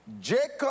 Jacob